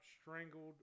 strangled